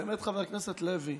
באמת, חבר הכנסת לוי,